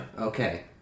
Okay